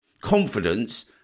confidence